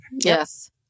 Yes